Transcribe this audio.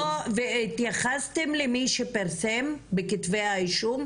והתייחסתם למי שפרסם בכתבי האישום?